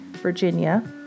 Virginia